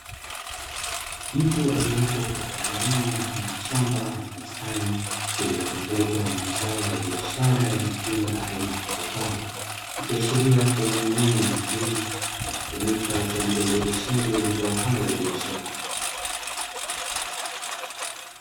Mtu aliopo katika eneo mfano wa shamba ama bustani lililozungukwa na mazao ya biashara ya matunda aina ya mapapai, ikiashiria kuwa ni eneo maalumu linalotumika kwaajili ya uzalishaji wa mazao hayo ya biashara.